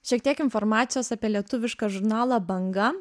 šiek tiek informacijos apie lietuvišką žurnalą banga